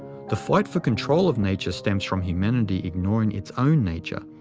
the fight for control of nature stems from humanity ignoring its own nature,